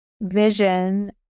vision